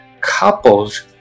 couples